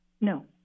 No